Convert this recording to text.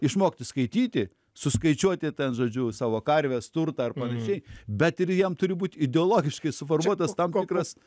išmokti skaityti suskaičiuoti ten žodžiu savo karves turtą ar panašiai bet ir jam turi būti ideologiškai suformuotas tam tikras